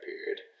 period